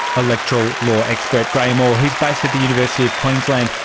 electoral law expert graeme orr, he is based at the university of queensland.